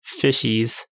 fishies